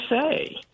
say